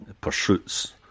pursuits